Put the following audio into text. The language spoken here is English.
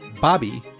Bobby